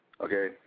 Okay